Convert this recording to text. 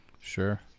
Sure